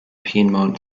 piedmont